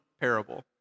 parable